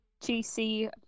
GC